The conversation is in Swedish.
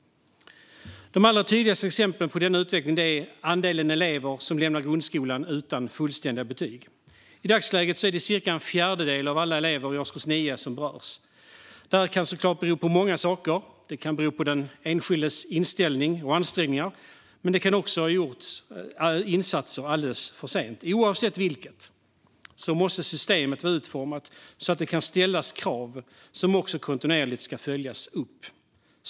Det allra tydligaste exemplet på denna utveckling är andelen elever som lämnar grundskolan utan fullständiga betyg. I dagsläget är det cirka en fjärdedel av alla elever i årskurs 9 som berörs. Detta kan såklart bero på många saker. Det kan bero på den enskildes inställning och ansträngningar, men det kan också ha gjorts insatser alldeles för sent. I vilket fall som helst måste systemet vara utformat så att det kan ställas krav som också kontinuerligt ska följas upp.